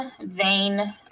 vein